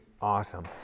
awesome